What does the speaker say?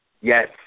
Yes